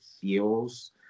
feels